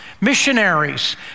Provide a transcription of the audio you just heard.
Missionaries